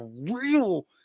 real